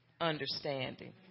understanding